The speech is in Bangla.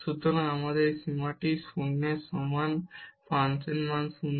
সুতরাং আমাদের এই সীমাটি 0 এর সমান ফাংশন মান 0